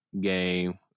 game